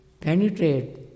penetrate